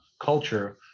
culture